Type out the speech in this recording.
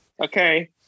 Okay